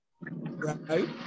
right